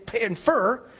infer